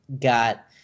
got